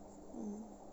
mm